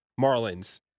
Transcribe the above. Marlins